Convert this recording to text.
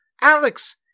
Alex